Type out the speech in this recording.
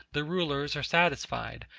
the rulers are satisfied,